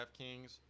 DraftKings